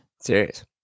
Serious